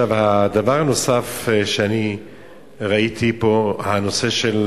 הדבר הנוסף שאני ראיתי פה, הנושא של